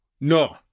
No